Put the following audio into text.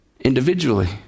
individually